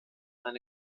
eine